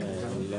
בוקר טוב,